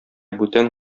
бүтән